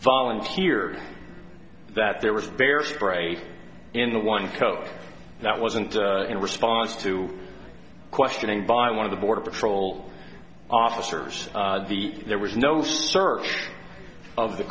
volunteered that there was bear spray in the one coat that wasn't in response to questioning by one of the border patrol officers the there was no search of the